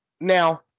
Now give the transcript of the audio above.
now